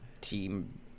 team